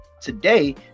Today